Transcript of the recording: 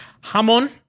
Hamon